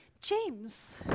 James